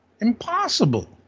Impossible